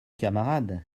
camarade